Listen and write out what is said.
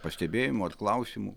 pastebėjimų ar klausimų